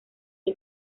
que